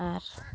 ᱟᱨ